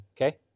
okay